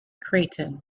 creighton